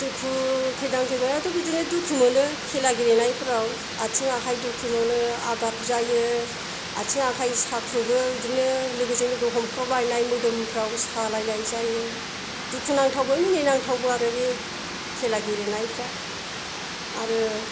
दुखु खैदां खैफोराथ' बिदिनो दुखु मोनो खेला गेलेनायफोराव आथिं आखाइ दुखु मोनो आगाथ जायो आथिं आखाइ साख्रुबो बिदिनो लोगोजों लोगो हमख्रबलायनाय मोदोमफ्राव सालायनाय जायो दुखुनांथावबो मिनिनांथावबो आरो बे खेला गेलेनायफ्रा आरो